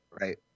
Right